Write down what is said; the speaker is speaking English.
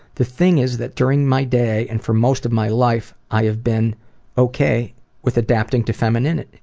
the thing is that during my day and for most of my life i have been okay with adapting to femininity.